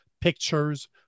Pictures